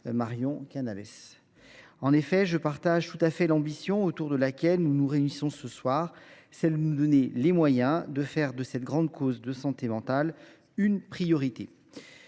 publiquement. En effet, je partage tout à fait l’ambition autour de laquelle nous nous réunissons ce soir : celle de nous donner les moyens de faire de cette grande cause qu’est la santé mentale une priorité.